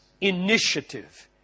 initiative